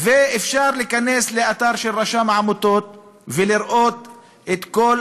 ואפשר להיכנס לאתר של רשם העמותות ולראות את כל